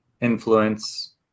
influence